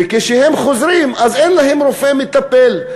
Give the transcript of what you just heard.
וכשהם חוזרים אין להם רופא מטפל.